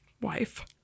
wife